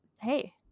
hey